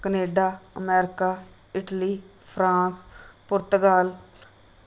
Canada America Italy France Portugal